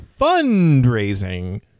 fundraising